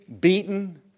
beaten